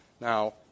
Now